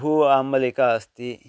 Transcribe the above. भू आमलिका अस्ति